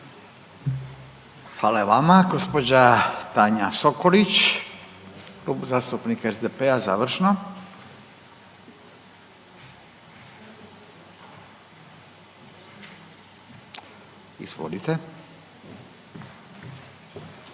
Hvala i vama. Gđa. Tanja Sokolić, Klub zastupnika SDP-a završno, izvolite.